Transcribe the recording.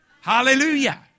Hallelujah